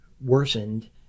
worsened